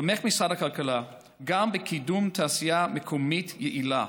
תומך משרד הכלכלה גם בקידום תעשייה מקומית יעילה,